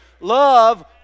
Love